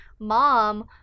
mom